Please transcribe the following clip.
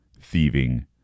thieving